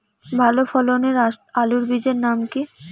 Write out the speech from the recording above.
ভালো ফলনের আলুর বীজের নাম কি?